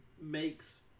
makes